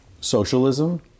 socialism